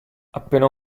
appena